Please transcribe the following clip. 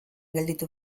gelditu